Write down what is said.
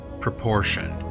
proportion